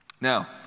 Now